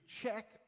check